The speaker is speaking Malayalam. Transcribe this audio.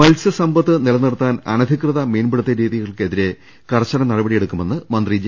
മത്സ്യ സമ്പത്ത് നിലനിർത്താൻ അനധികൃത മീൻപിടിത്ത രീതി കൾക്കെതിരെ കർശന നടപടിയെടുക്കുമെന്ന് മന്ത്രി ജെ